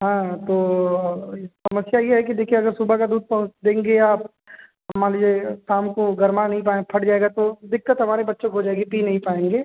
हाँ तो समस्या यह है कि देखिए अगर सुबह का दूध पहुँच देंगे या आप तो मान लीजिए शाम को गर्मा नहीं पाए फट जाएगा तो दिक्कत हमारे बच्चों को हो जाएगी पी नहीं पाएँगे